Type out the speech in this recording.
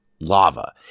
lava